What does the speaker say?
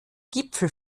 gipfel